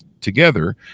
together